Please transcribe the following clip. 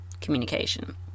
communication